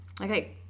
Okay